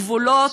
גבולות,